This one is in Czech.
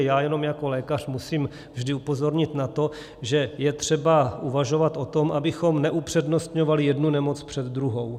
Já jenom jako lékař musím vždy upozornit na to, že je třeba uvažovat o tom, abychom neupřednostňovali jednu nemoc před druhou.